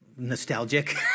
nostalgic